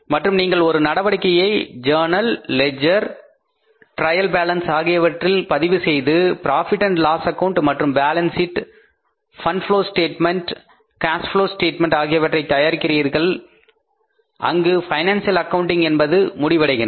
மற்றும் நீங்கள் ஒரு நடவடிக்கையை ஜர்னல் லெட்ஜ்ர் டரியல் பாலன்ஸ் ஆகியவற்றில் பதிவுசெய்து புரோஃபிட் அண்ட் லாஸ் ஆக்கவுண்ட் மற்றும் balance sheet fund flow statement cash flow statement ஆகியவற்றை தயாரிக்கின்றார்கள் அங்கு பைனான்சியல் அக்கவுண்டிங் என்பது முடிவடைகின்றது